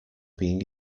being